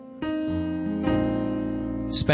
spend